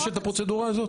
יש את הפרוצדורה הזאת?